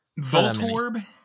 Voltorb